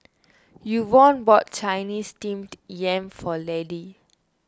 Yvonne bought Chinese Steamed Yam for Laddie